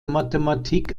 mathematik